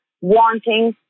wanting